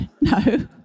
No